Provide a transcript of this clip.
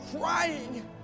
crying